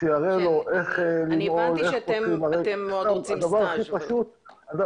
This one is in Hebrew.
שיראה לו איך למהול, איך פותחים --- כן,